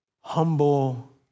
humble